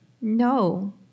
No